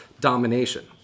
domination